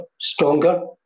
stronger